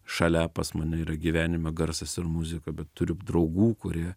šalia pas mane yra gyvenime garsas ir muzika bet turiu draugų kurie